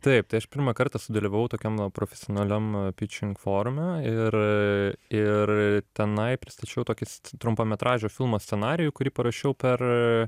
taip tai aš pirmą kartą sudalyvavau tokiam profesionaliam pitching forume ir ir tenai pristačiau tokį trumpametražio filmo scenarijų kurį parašiau per